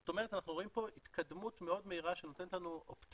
זאת אומרת אנחנו רואים פה התקדמות מאוד מהירה שנותנת לנו אופטימיות.